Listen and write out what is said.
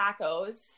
tacos